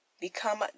Become